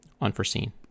unforeseen